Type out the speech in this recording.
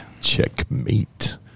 checkmate